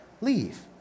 Leave